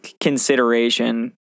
consideration